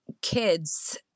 kids